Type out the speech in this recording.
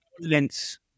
lens